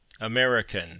American